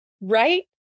Right